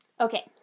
Okay